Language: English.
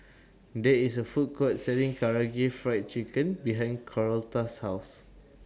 There IS A Food Court Selling Karaage Fried Chicken behind Carlota's House